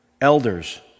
Elders